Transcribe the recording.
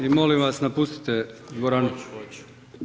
I molim vas napustite dvoranu.